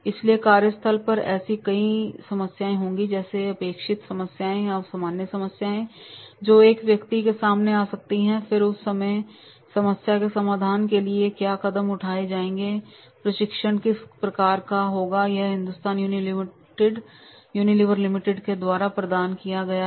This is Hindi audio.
इसलिए कार्यस्थल पर ऐसी कई समस्याएं होंगी जैसे अपेक्षित समस्याएं या सामान्य समस्याएं जो एक व्यक्ति के सामने आ सकती हैं और फिर उस समय समस्या के समाधान के लिए क्या कदम उठाए जाएंगे और प्रशिक्षण किस प्रकार का होगा यह हिंदुस्तान युनिलिवर लिमिटेड द्वारा प्रदान किया गया है